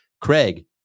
Craig